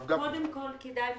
קודם כל, כדאי מאוד,